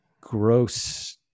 gross